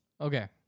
Okay